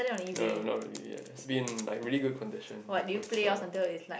no no not really yeah it has to be like really good condition for it start